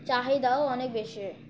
চাহিদাও অনেক বেশি